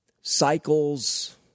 cycles